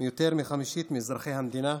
מיותר מחמישית מאזרחי המדינה?